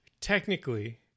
technically